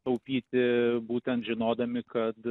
taupyti būtent žinodami kad